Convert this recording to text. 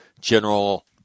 general